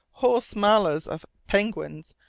whole smalas of penguins,